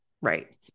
Right